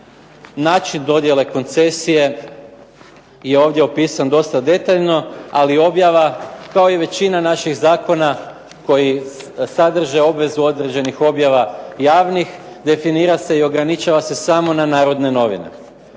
način dodjele koncesije je ovdje opisan dosta detaljno, ali objava kao i većina naših zakona koji sadrže obvezu određenih objava javnih definira se i ograničava se samo na "Narodne novine".